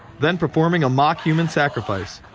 then performing a mock human sacrifice.